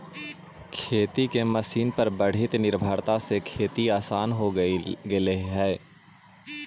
खेती के मशीन पर बढ़ीत निर्भरता से खेती आसान हो गेले हई